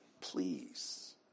please